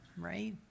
right